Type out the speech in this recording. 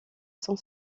son